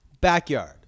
Backyard